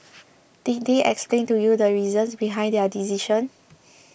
did they explain to you the reasons behind their decision